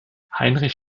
heinrich